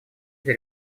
для